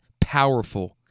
powerful